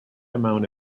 amount